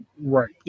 Right